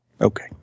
Okay